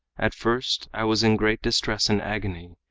at first i was in great distress and agony,